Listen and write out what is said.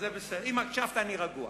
אם הקשבת, אני רגוע.